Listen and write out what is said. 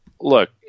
Look